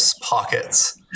pockets